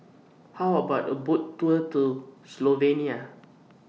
How about A Boat Tour to Slovenia